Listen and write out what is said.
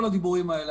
כל הדיבורים האלה,